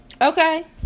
Okay